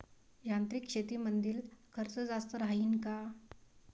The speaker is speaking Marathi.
यांत्रिक शेतीमंदील खर्च जास्त राहीन का?